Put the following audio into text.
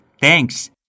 thanks